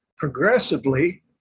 progressively